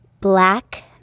Black